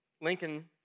Lincoln